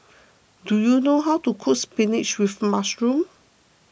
do you know how to cook Spinach with Mushroom